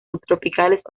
subtropicales